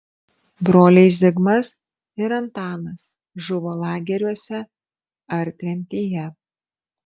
broliai zigmas ir antanas žuvo lageriuose ar tremtyje